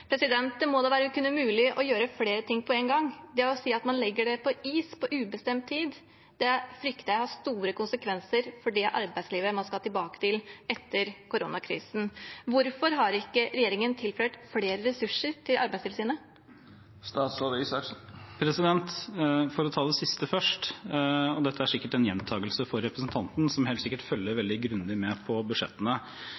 Det må da kunne være mulig å gjøre flere ting på en gang. Det å si at man legger det på is på ubestemt tid, frykter jeg vil ha store konsekvenser for det arbeidslivet man skal tilbake til etter koronakrisen. Hvorfor har ikke regjeringen tilført flere ressurser til Arbeidstilsynet? For å ta det siste først, og dette er sikkert en gjentakelse for representanten, som helt sikkert følger